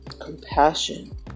compassion